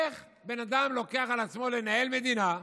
איך בן אדם לוקח על עצמו לנהל מדינה,